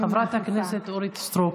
חברת הכנסת אורית סטרוק.